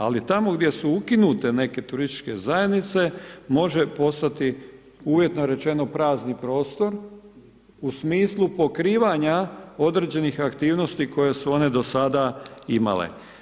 Ali tamo gdje su ukinute neke turističke zajednice može postati uvjetno rečeno prazni prostor u smislu pokrivanja određenih aktivnosti koje su one do sada imale.